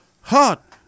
Hot